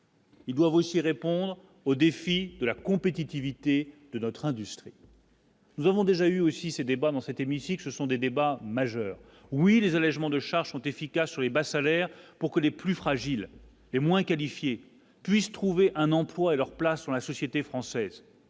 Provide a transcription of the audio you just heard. Ils doivent aussi répondre au défi de la compétitivité de notre industrie. Nous avons déjà eu aussi, ces débats dans cet hémicycle, ce sont des débats majeurs oui les allégements de charges sont efficaces sur les bas salaires, pour que les plus fragiles et les moins qualifiées, puissent trouver un emploi et leur place dans la société française.